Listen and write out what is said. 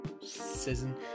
season